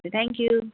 thank you